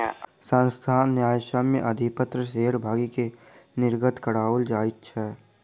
संस्थान न्यायसम्य अधिपत्र शेयर भागी के निर्गत कराओल जाइत अछि